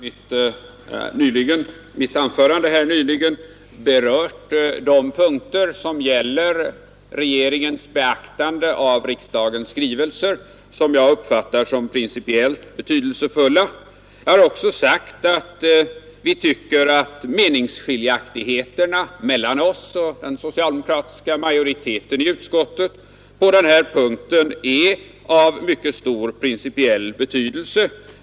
Herr talman! Jag har i mitt anförande nyligen berört de punkter som gäller regeringens beaktande av riksdagens skrivelser, som jag uppfattar som principiellt betydelsefulla. Jag har också sagt att vi anser att meningsskiljaktigheterna mellan oss och den socialdemokratiska majoriteten i utskottet på den här punkten är av mycket stor principiell betydelse.